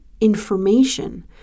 information